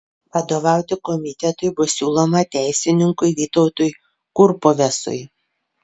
vadovauti komitetui bus siūloma teisininkui vytautui kurpuvesui